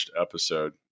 episode